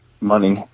money